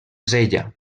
sella